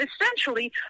essentially